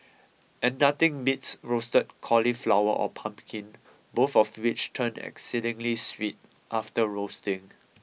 and nothing beats roasted cauliflower or pumpkin both of which turn exceedingly sweet after roasting